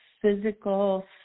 physical